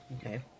Okay